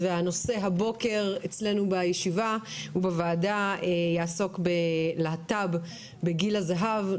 שראל והנושא הבוקר אצלינו בישיבת הוועדה יעסוק בלהט"ב בגיל הזהב.